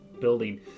building